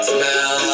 Smell